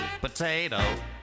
Potato